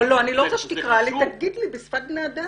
לא, אני לא רוצה שתקרא לי, תגיד לי בשפת בני אדם.